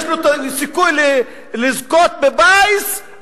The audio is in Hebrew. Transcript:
יש לו סיכוי לזכות בפיס,